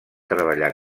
treballar